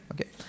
Okay